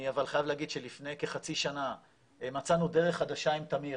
אני חייב להגיד שלפני כחצי שנה מצאנו דרך חדשה עם תמיר.